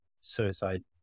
suicide